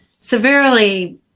severely